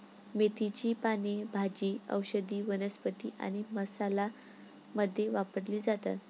मेथीची पाने भाजी, औषधी वनस्पती आणि मसाला मध्ये वापरली जातात